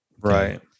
Right